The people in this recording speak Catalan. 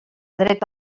dret